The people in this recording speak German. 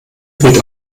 wird